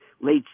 late